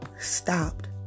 Stopped